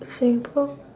singapore